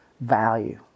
value